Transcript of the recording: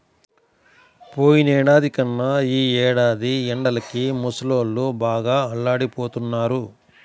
పోయినేడాది కన్నా ఈ ఏడాది ఎండలకి ముసలోళ్ళు బాగా అల్లాడిపోతన్నారు